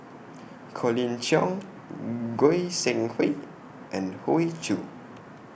Colin Cheong Goi Seng Hui and Hoey Choo